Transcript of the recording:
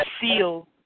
seal